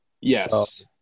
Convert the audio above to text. Yes